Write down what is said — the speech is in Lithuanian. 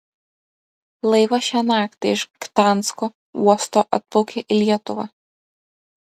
laivas šią naktį iš gdansko uosto atplaukė į lietuvą